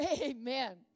Amen